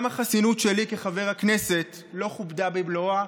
גם החסינות שלי כחבר הכנסת לא כובדה במלואה,